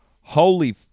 Holy